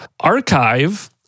Archive